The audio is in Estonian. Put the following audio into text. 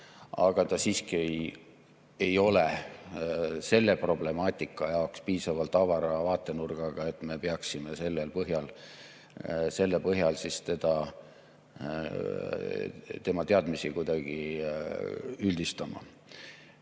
aga ta siiski ei ole selle problemaatika jaoks piisavalt avara vaatenurgaga, et me peaksime selle põhjal tema teadmisi kuidagi üldistama.